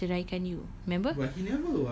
I will ceraikan you remember